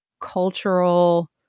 cultural